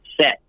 set